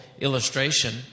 illustration